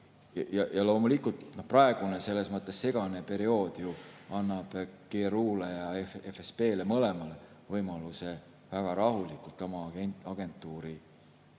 Loomulikult, praegune, selles mõttes segane periood annab GRU‑le ja FSB‑le, mõlemale, võimaluse väga rahulikult oma agentuuri